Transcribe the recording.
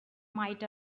might